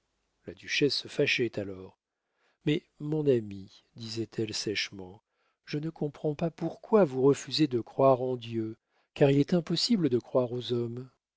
la duchesse se fâchait alors mais mon ami disait-elle sèchement je ne comprends pas pourquoi vous refusez de croire en dieu car il est impossible de croire aux hommes